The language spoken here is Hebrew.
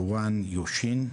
יואן יושין,